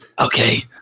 Okay